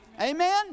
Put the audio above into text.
Amen